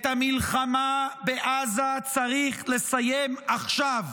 את המלחמה בעזה צריך לסיים עכשיו,